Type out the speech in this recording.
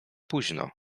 późno